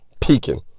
Peeking